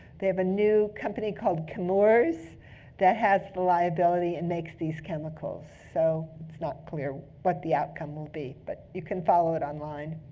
they have a new company called chemours that has the liability and makes these chemicals. so it's not clear what the outcome will be. but you can follow it online.